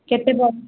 କେତେ ଟଙ୍କା ଭିତରେ